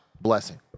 blessing